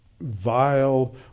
vile